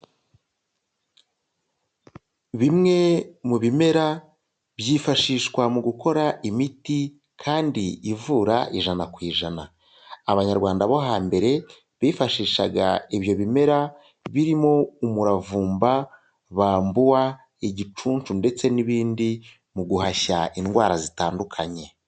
Bimwe mu bimera, byifashishwa mu gukora imiti kandi ivura ijana ku ijana. Abanyarwanda bo hambere, bifashishaga ibyo bimera birimo umuravumba, bambuwa, igicunshu ndetse n'ibindi mu guhashya indwara zitandukanye.